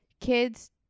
kids